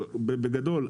בגדול,